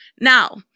Now